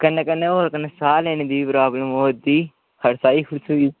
कन्नै कन्रै होर कन्नै साह् लैने दी प्राब्लम होआ दी हर साही सुई